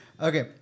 Okay